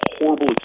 horrible